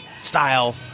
style